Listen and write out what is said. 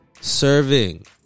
Serving